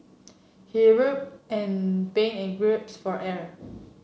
he writhed and be in grapes for air